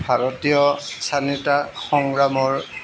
ভাৰতীয় স্বাধীনতা সংগ্ৰামৰ